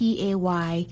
Pay